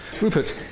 Rupert